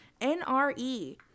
N-R-E